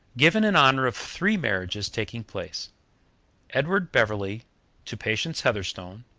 given in honor of three marriages taking place edward beverley to patience heatherstone,